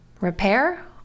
repair